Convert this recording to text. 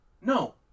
no